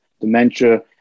dementia